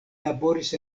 laboris